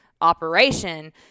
operation